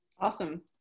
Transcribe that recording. Awesome